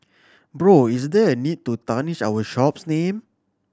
bro is there a need to tarnish our shop's name